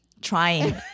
trying